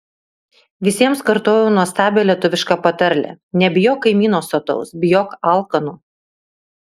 visiems kartojau nuostabią lietuvišką patarlę nebijok kaimyno sotaus bijok alkano